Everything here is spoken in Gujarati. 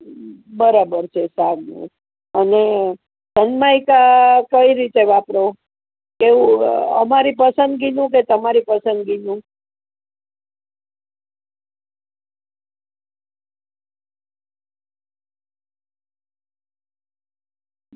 હમ બરાબર છે સારું અને સનમાઈકા કઈ રીતે વાપરો કેવું અમારી પસંદગીનું કે તમારી પસંદગીનું